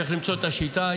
צריך למצוא את השיטה.